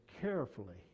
carefully